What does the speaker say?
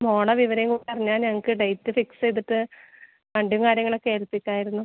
മോടെ വിവരങ്ങളൊക്കെ അറിഞ്ഞാൽ ഞങ്ങൾക്ക് ഡേറ്റ് ഫിക്സ് ചെയ്തിട്ട് വണ്ടീം കാര്യങ്ങളൊക്കെ ഏൽപ്പിക്കായിരുന്നു